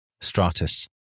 Stratus